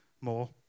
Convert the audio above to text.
more